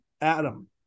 Adam